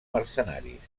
mercenaris